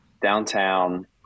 downtown